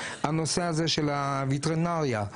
הנושא הזה של וטרינריה.